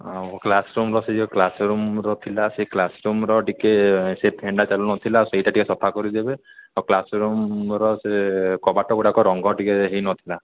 ଆଉ କ୍ଲାସରୁମର ସେ ଯୋଉ କ୍ଲାସରୁମର ଥିଲା ସେ କ୍ଲାସରୁମର ଟିକେ ସେ ଫ୍ୟାନ୍ଟା ଚାଲୁନଥିଲା ଆଉ ସେଇଟା ଟିକେ ସଫା କରିଦେବେ ଆଉ କ୍ଲାସରୁମର ସେ କବାଟଗୁଡ଼ାକ ରଙ୍ଗ ଟିକେ ହୋଇନଥିଲା